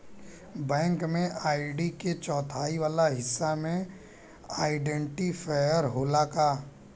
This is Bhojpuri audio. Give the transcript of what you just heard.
बैंक में आई.डी के चौथाई वाला हिस्सा में आइडेंटिफैएर होला का?